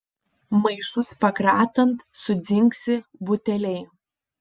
maišus pakratant sudzingsi buteliai